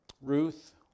Ruth